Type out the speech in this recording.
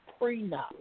prenup